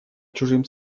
чужим